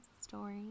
story